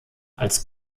als